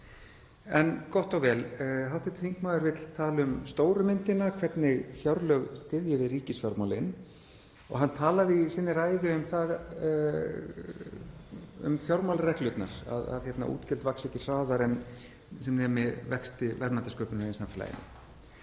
En gott og vel. Hv. þingmaður vill tala um stóru myndina, hvernig fjárlög styðji við ríkisfjármálin og hann talaði í sinni ræðu um fjármálareglurnar, að útgjöld vaxi ekki hraðar en sem nemi vexti verðmætasköpunar í samfélaginu.